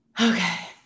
Okay